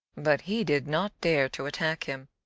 but he did not dare to attack him,